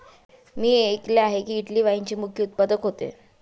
मी ऐकले आहे की, इटली वाईनचे मुख्य उत्पादक होते